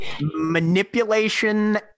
Manipulation